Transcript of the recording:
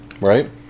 right